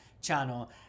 channel